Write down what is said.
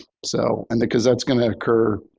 so and because that's going to occur,